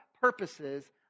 purposes